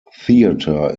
theatre